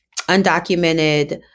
undocumented